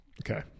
Okay